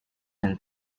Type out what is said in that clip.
and